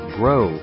grow